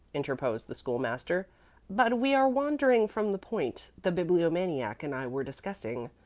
interposed the school-master but we are wandering from the point the bibliomaniac and i were discussing.